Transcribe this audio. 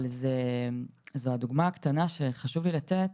אבל זו הדוגמא הקטנה שחשוב לי לתת.